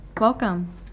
Welcome